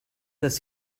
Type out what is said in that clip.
dass